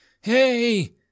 Hey